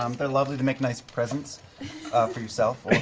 um they're lovely to make nice presents for yourself